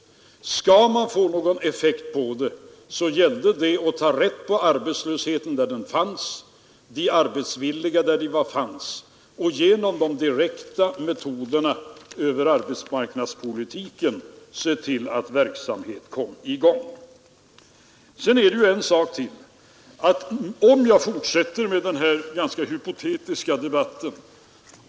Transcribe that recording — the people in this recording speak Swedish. Skulle man få någon effekt gällde det att ta rätt på arbetslösheten där den fanns och de arbetsvilliga där de fanns och genom de direkta metoderna över arbetsmarknadspolitiken se till att verksamhet kom i gång. Sedan är det en sak till, om jag fortsätter med denna ganska hypotetiska debatt.